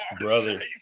brother